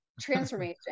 transformation